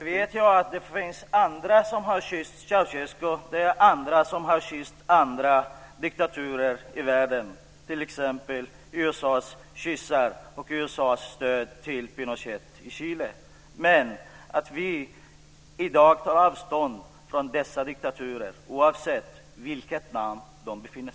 Herr talman! Det finns andra som har kysst Ceaucescu, och det finns andra som har kysst andra diktatorer i världen. Ett exempel är USA:s kyssar och stöd till Pinochet i Chile. Men vi tar i dag avstånd från dessa diktaturer, oavsett vilket land det gäller.